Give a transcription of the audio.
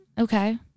okay